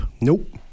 Nope